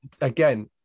again